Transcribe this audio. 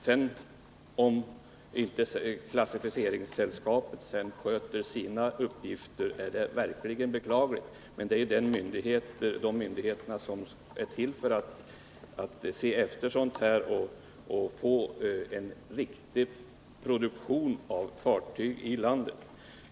Om sedan inte klassificeringssällskapen sköter sina åligganden är detta verkligen beklagligt, för de utgör ju den myndighet som är till för att bevaka att vi får en produktion av fartyg i landet som är riktig.